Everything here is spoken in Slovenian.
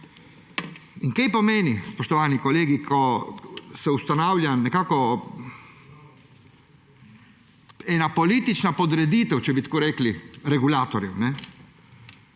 In kaj pomeni, spoštovani kolegi, ko se ustanavlja nekako ena politična podreditev, če bi tako rekli, regulatorjev?